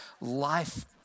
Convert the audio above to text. life